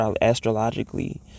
astrologically